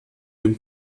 dem